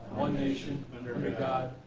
one nation under and god,